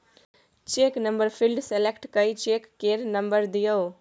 cheque number field select कए check केर number दियौ